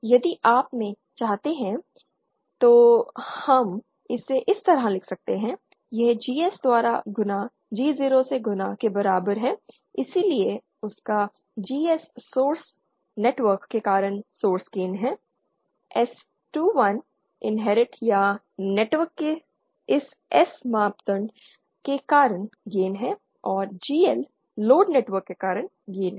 यदि आप में चाहते हैं तो हम इसे इस तरह लिख सकते हैं यह GS द्वारा गुणा G0 से गुणा के बराबर है इसलिए उसका GS सोर्स नेटवर्क के कारण सोर्स गेन है S21 इन्हेरेंट या नेटवर्क के इस S मापदंडों के कारण गेन है और GL लोड नेटवर्क के कारण गेन है